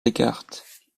descartes